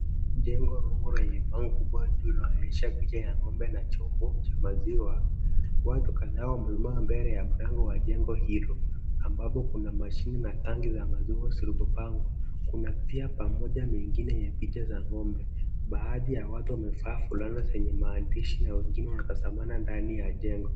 Jengo kubwa lenye bango kubwa linaloonyesha picha ya ng'ombe na chombo cha maziwa. Watu kadhaa wamesimama mbele ya mlango wa jengo hilo ambapo kuna mashini na tangi za maziwa zilizopangwa kuna pia pamoja mengine yenye picha za ng'ombe. Baadhi ya watu wamevaa fulana zenye maandishi na wengine wanatazamana ndani ya jengo.